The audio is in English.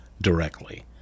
directly